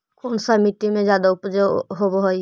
कोन सा मिट्टी मे ज्यादा उपज होबहय?